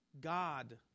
God